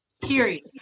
Period